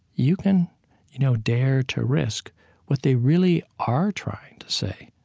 you can you know dare to risk what they really are trying to say.